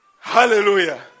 hallelujah